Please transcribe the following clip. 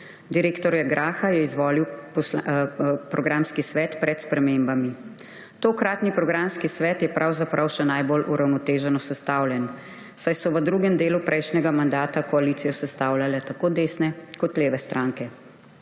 Direktorja Graha je izvolil programski svet pred spremembami. Tokratni programski svet je pravzaprav še najbolj uravnoteženo sestavljen, saj so v drugem delu prejšnjega mandata koalicijo sestavljale tako desne kot leve stranke,